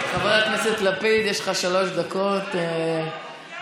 חבר הכנסת לפיד, יש לך שלוש דקות לדבר.